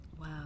Wow